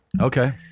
Okay